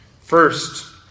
First